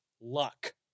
luck